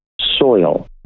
soil